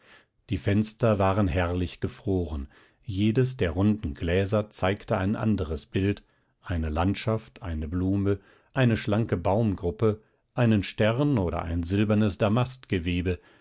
die fenster waren herrlich gefroren jedes der runden gläser zeigte ein anderes bild eine landschaft eine blume eine schlanke baumgruppe einen stern oder ein silbernes